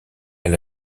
elle